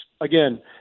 Again